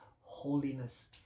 holiness